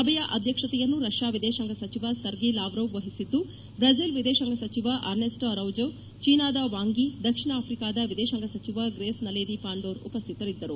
ಸಭೆಯ ಅಧ್ಯಕ್ಷತೆಯನ್ನು ರಷ್ಯಾ ವಿದೇಶಾಂಗ ಸಚಿವ ಸರ್ಗಿ ಲಾವ್ರೋವ್ ವಹಿಸಿದ್ದು ಬ್ರೆಜಿಲ್ ವಿದೇಶಾಂಗ ಸಚಿವ ಅರ್ನೆಸ್ಸೊ ಅರೌಜೊ ಚೀನಾದ ವಾಂಗ್ ಯಿ ದಕ್ಷಿಣ ಆಫ್ರಿಕಾದ ವಿದೇಶಾಂಗ ಸಚಿವ ಗ್ರೇಸ್ ನಲೇದಿ ಪಾಂಡೋರ್ ಉಪಸ್ಥಿತರಿದ್ದರು